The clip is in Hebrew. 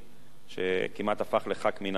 שכמעט הפך לח"כ מן המניין.